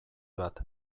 bat